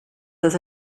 does